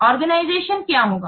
संगठन क्या होगा